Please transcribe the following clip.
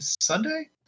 Sunday